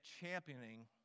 championing